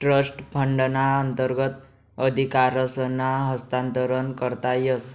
trust फंडना अंतर्गत अधिकारसनं हस्तांतरण करता येस